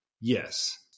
Yes